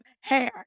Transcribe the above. hair